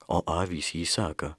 o avys jį seka